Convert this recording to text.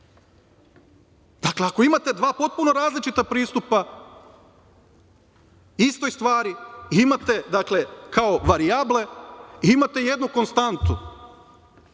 Dakle, ako imate dva potpuno različita pristupa istoj stvari i imate varijable, imate jednu konstantu,